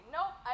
Nope